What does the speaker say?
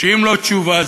מתווה הגז